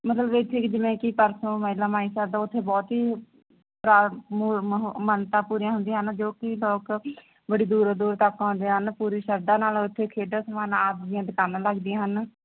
ਮਤਲਬ ਇਥੇ ਜਿਵੇਂ ਕੀ ਬਹੁਤ ਹੀ ਮੰਨਤਾਂ ਪੂਰੀਆਂ ਹੁੰਦੀਆਂ ਹਨ ਜੋ ਕਿ ਲੋਕ ਬੜੀ ਦੂਰੋ ਦੂਰ ਤਾਂ ਆਪਾਂ ਆਉਂਦੇ ਹਨ ਪੂਰੀ ਸ਼ਰਧਾ ਨਾਲ ਉਥੇ ਖੇਡਾਂ ਸਮਾਨ ਆਦਿ ਦੀਆਂ ਦੁਕਾਨਾਂ ਲੱਗਦੀਆਂ ਹਨ